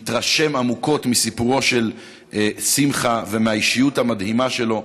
מתרשם עמוקות מסיפורו של שמחה ומהאישיות המדהימה שלו,